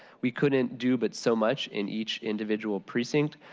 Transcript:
we couldn't do but so much in each individual precinct.